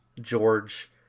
George